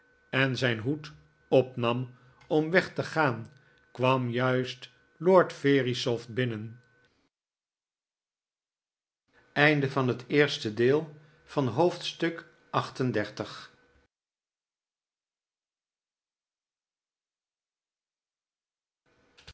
en zijn hoed opnam om weg te gaan kwam juist lord verisopht binnen